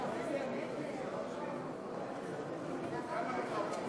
לכנסת חבר הכנסת יריב לוין יש יותר מהצבעה אחת,